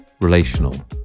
relational